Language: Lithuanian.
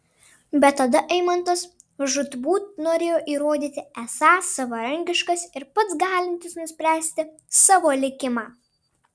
bet tada eimantas žūtbūt norėjo įrodyti esąs savarankiškas ir pats galintis nuspręsti savo likimą